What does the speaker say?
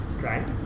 Right